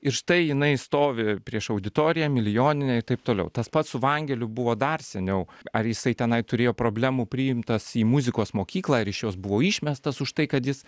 ir štai jinai stovi prieš auditoriją milijoninę ir taip toliau tas pats su vangeliu buvo dar seniau ar jisai tenai turėjo problemų priimtas į muzikos mokyklą ar iš jos buvo išmestas už tai kad jis